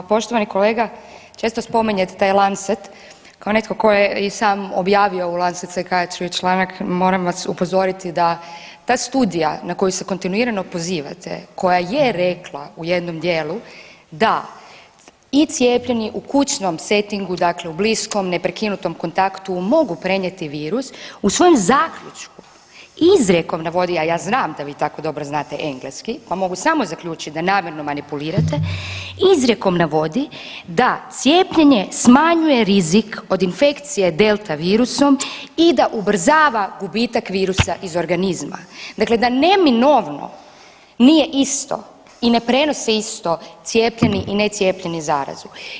Pa poštovani kolega često spominjete taj Lancet kao netko tko je i sam objavio u Lancet …/nerazumljivo/… članak moram vas upozoriti da ta studija na koju se kontinuirano pozivate koja je rekla u jednom dijelu da i cijepljeni u kućnom setingu, dakle u bliskom neprekinutom kontaktu mogu prenijeti virus u svom zaključku izrijekom navodi, a ja znam da vi tako dobro znate engleski, pa mogu samo zaključit da namjerno manipulirate, izrijekom navodi da cijepljenje smanjuje rizik od infekcije delta virusom i da ubrzava gubitak virusa iz organizma, dakle da neminovno nije isto i ne prenose isto cijepljeni i necijepljeni zarazu.